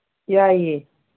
ꯌꯥꯏꯌꯦ